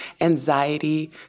anxiety